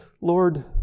Lord